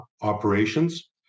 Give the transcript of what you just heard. operations